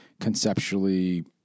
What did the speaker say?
conceptually